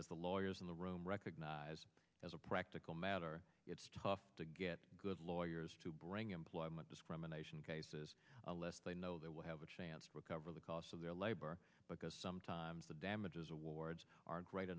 that the lawyers in the room recognize as a practical matter it's tough to get good lawyers to bring employment discrimination cases they know they will have a chance to recover the cost of their labor because sometimes the damages awards are